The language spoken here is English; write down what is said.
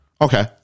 Okay